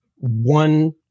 one